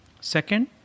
second